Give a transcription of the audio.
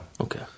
Okay